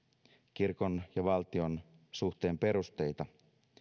kirkon ja valtion suhteen perusteita